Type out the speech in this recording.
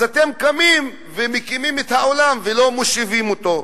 אז אתם קמים ומקימים את העולם ולא מושיבים אותו.